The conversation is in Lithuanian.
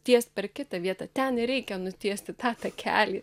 tiest per kitą vietą ten ir reikia nutiesti tą takelį